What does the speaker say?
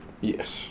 Yes